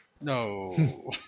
No